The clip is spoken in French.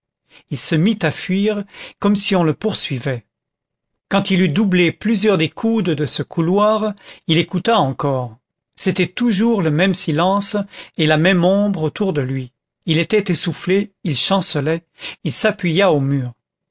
il se mit à fuir comme si on le poursuivait quand il eut doublé plusieurs des coudes de ce couloir il écouta encore c'était toujours le même silence et la même ombre autour de lui il était essoufflé il chancelait il s'appuya au mur